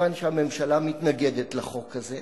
כיוון שהממשלה מתנגדת לחוק הזה,